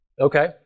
Okay